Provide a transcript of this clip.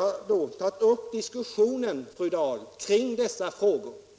har då tagit upp en diskussion om dessa frågor.